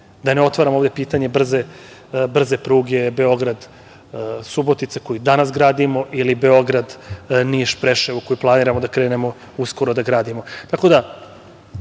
Da ne otvaram ovde pitanje brze pruge Beograd-Subotica koju danas gradimo ili Beograd-Niš-Preševo, koju planiramo da krenemo uskoro da gradimo. Tako